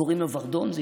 קוראים לו ורדון.